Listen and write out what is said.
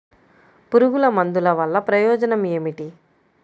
పురుగుల మందుల వల్ల ప్రయోజనం ఏమిటీ?